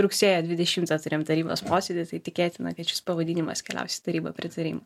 rugsėjo dvidešimtą turim tarybos posėdį tai tikėtina kad šis pavadinimas keliaus į tarybą pritarimo